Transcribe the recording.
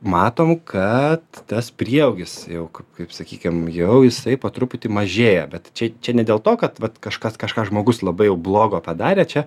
matom kad tas prieaugis jau kaip kaip sakykim jau jisai po truputį mažėja bet čia čia ne dėl to kad vat kažkas kažką žmogus labai jau blogo padarė čia